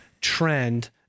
trend